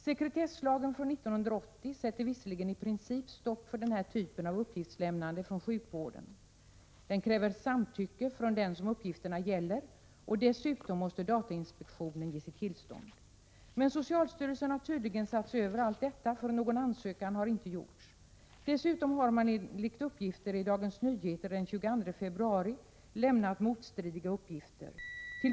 Sekretesslagen från 1980 sätter visserligen i princip stopp för den här typen av uppgiftslämnande från sjukvården. Den kräver samtycke från den som uppgifterna gäller, och dessutom måste datainspektionen ge sitt tillstånd. Men socialstyrelsen har tydligen satt sig över allt detta, för någon ansökan har inte gjorts. Och i Dagens Nyheter för den 22 februari står det att man lämnat motstridiga uppgifter.